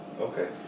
okay